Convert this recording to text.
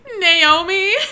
Naomi